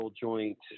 joint